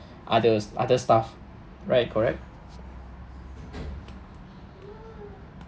others other stuff right correct